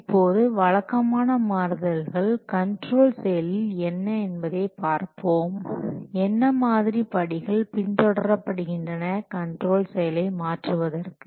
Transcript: இப்போது வழக்கமான மாறுதல்கள் கண்ட்ரோல் செயலில் என்ன என்பதை பார்ப்போம் என்ன மாதிரி படிகள் பின்தொடர படுகின்றன கண்ட்ரோல் செயலை மாற்றுவதற்கு